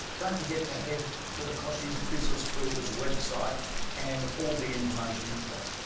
don't forget to head to the koshie's business builders website and all the information is there.